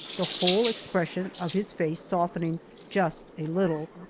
the whole expression of his face softening just a little.